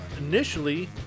initially